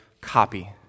copy